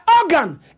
organ